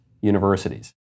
universities